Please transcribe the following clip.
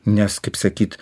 nes kaip sakyt